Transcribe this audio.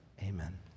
amen